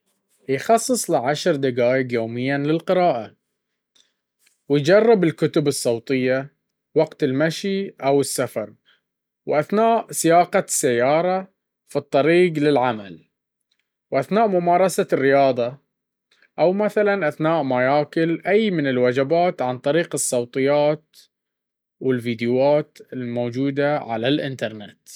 يخصص له عشر دقائق يوميًا للقراءة، ويجرب الكتب الصوتية وقت المشي أو السفر وأثناء سياقة السيارة في الطريق للعمل, وأثناء ممارسة الرياضة أو مثلا اثناء ما ياكل أي من الوجبات عن طريق الصوتيات والفيديوات الموجودة على الانترنت.